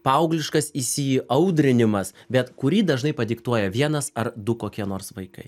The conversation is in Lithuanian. paaugliškas įsiaudrinimas bet kurį dažnai padiktuoja vienas ar du kokie nors vaikai